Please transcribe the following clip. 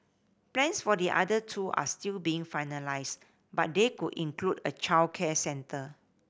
plans for the other two are still being finalised but they could include a childcare centre